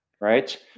Right